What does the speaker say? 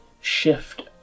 shift